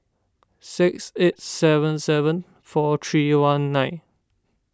six eight seven seven four three one nine